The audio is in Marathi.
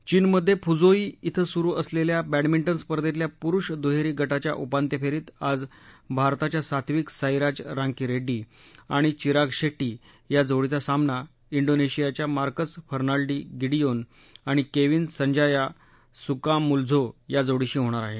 चीनमधे फुझोऊ ॐ सुरू असलेल्या बॅडमिंटन स्पर्धेतल्या पुरूष दुहेरी गटाच्या उपांत्यफेरीत आज भारताच्या सात्विक साईराज रांकी रेड्डी आणि चिराग शेट्टी या जोडीचा सामना डीनेशियाच्या मार्कस फर्नाल्डी गिडियोन आणि केविन संजाया सुकामुल्जो या जोडीशी होणार आहे